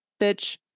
Bitch